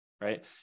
right